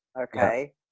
Okay